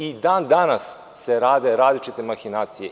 I dan-danas se rade različite mahinacije.